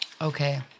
Okay